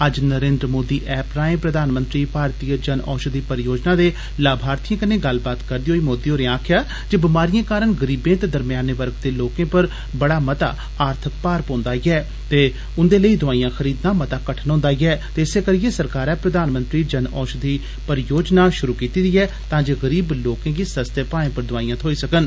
अज्ज नरेन्द्र मोदी ऐप राएं प्रधानमंत्री भारतीय जन ओषधि परियोजना दे लाभार्थिएं कन्नै गल्लबात करदे होई मोदी होरें आक्खेआ जे बमारिए कारण गरीबें ते दरमयाने वर्ग दे लोकें पर बड़ा मता आर्थक भार पौन्दा ऐ ते उन्दे लेई दोआइयां खरीदनां मता कठन होन्दा ऐ ते इस्सै करियै सरकारै प्रधानमंत्री जन औषधि परियोजना शुरु कीती ऐ तां जे गरीब लोकें गी सस्तें भाए पर दवाइयां थ्होई सकन